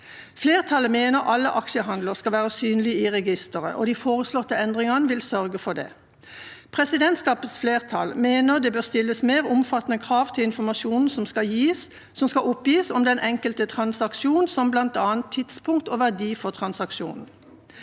Flertallet mener alle aksjehandler skal være synlige i registeret, og de foreslåtte endringene vil sørge for det. Presidentskapets flertall mener det bør stilles mer omfattende krav til informasjonen som skal oppgis om den enkelte transaksjon, som bl.a. tidspunkt og verdi for transaksjonen.